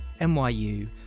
NYU